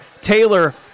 Taylor